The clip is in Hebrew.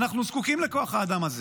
אנחנו זקוקים לכוח האדם הזה.